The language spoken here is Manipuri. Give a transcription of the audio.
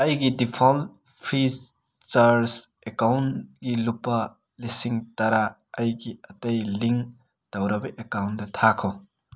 ꯑꯩꯒꯤ ꯗꯤꯐꯣꯜ ꯐ꯭ꯔꯤꯁ ꯆꯥꯔꯁ ꯑꯦꯀꯥꯎꯟꯀꯤ ꯂꯨꯄꯥ ꯂꯤꯁꯤꯡ ꯇꯔꯥ ꯑꯩꯒꯤ ꯑꯇꯩ ꯂꯤꯡ ꯇꯧꯔꯕ ꯑꯦꯀꯥꯎꯟꯇ ꯊꯥꯈꯣ